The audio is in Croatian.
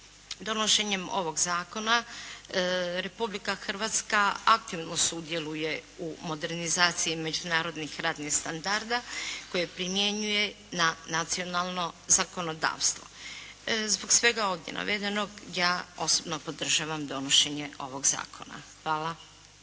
Donošenjem ovog zakona Republika Hrvatska aktivno sudjeluje u modernizaciji međunarodnih radnih standarda koje primjenjuje na nacionalno zakonodavstvo. Zbog svega ovdje navedenog ja osobno podržavam donošenje ovog zakona. Hvala.